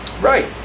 Right